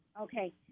Okay